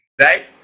Right